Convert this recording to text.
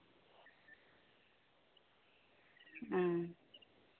ᱩᱸ